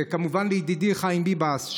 וכמובן לידידי חיים ביבס,